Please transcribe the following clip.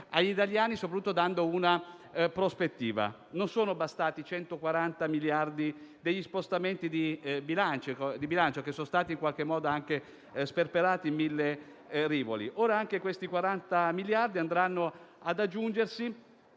agli italiani e soprattutto di dare loro una prospettiva. Non sono bastati i 140 miliardi degli scostamenti di bilancio di bilancio, che sono stati in qualche modo anche sperperati in mille rivoli. Ora, anche i 40 miliardi andranno ad aggiungersi